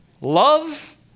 love